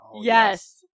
Yes